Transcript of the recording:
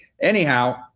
Anyhow